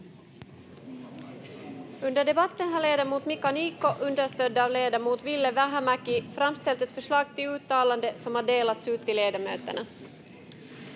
Kiitos,